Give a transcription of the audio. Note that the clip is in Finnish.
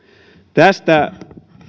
tästä